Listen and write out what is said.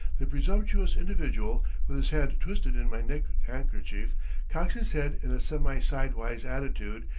the presumptuous individual, with his hand twisted in my neck-handkerchief, cocks his head in a semi-sidewise attitude,